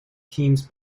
teens